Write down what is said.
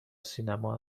سینما